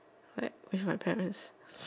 like with my parents